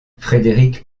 frederik